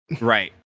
Right